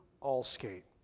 all-skate